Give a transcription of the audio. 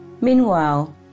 Meanwhile